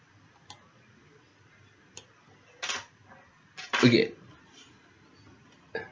okay